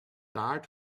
dart